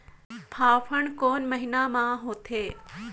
फाफण कोन महीना म होथे?